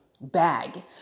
bag